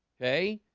okay,